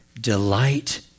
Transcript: delight